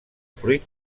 fruit